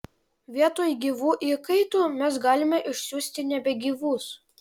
vietoj gyvų įkaitų mes galime išsiųsti nebegyvus